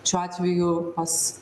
šiuo atveju pas